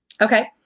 Okay